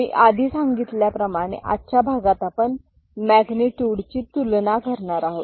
मी आधी सांगितल्याप्रमाणे आजच्या भागात आपण मॅग्नेट्युडची तुलना करणार आहोत